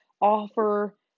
offer